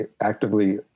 actively